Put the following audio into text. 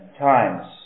times